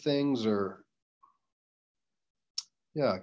things or yeah